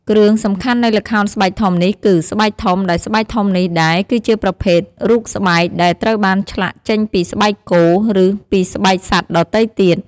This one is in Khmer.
គ្រឿងសំខាន់នៃល្ខោនស្បែកធំនេះគឺ ស្បែកធំ ដែលស្បែកធំនេះដែរ គឺជាប្រភេទ រូបស្បែក ដែលត្រូវបានឆ្លាក់ចេញពី ស្បែកគោ ឬពីស្បែកសត្វដទៃទៀត។